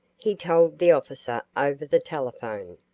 he told the officer over the telephone.